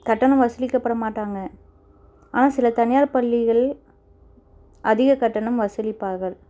கட்டணம் வசூலிக்கப்பட மாட்டாங்கள் ஆனால் சில தனியார் பள்ளிகள் அதிக கட்டணம் வசூலிப்பார்கள்